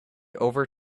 over